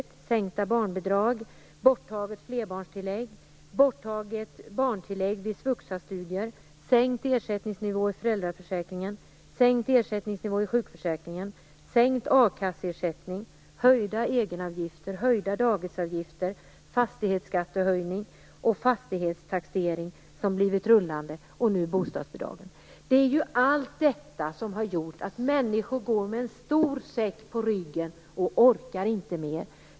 Det är sänkt barnbidrag, borttaget flerbarnstillägg, borttaget barntillägg vid svuxastudier, sänkt ersättningsnivå i föräldraförsäkringen, sänkt ersättningsnivå i sjukförsäkringen, sänkt akasseersättning, höjda egenavgifter, höjda dagisavgifter, höjd fastighetsskatt och rullande fastighetstaxering. Och nu bostadsbidraget. Allt detta har gjort att människor går med en stor säck på ryggen. De orkar inte mer.